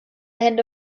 hände